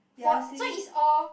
for so is all